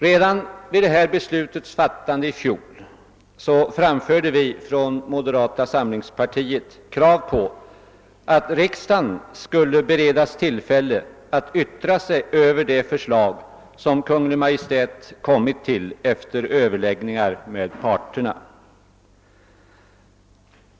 "Redan vid detta besluts fattande i fjol framförde vi från moderata samlingspartiet krav på att riksdagen skulle beredas tillfälle att yttra sig över det förslag som Kungl. Maj:t kom fram till efter överläggningar med parterna.